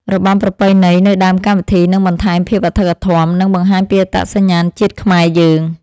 របាំប្រពៃណីនៅដើមកម្មវិធីនឹងបន្ថែមភាពអធិកអធម និង បង្ហាញពីអត្តសញ្ញាណជាតិខ្មែរយើង។